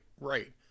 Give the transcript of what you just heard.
Right